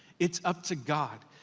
it's up to god.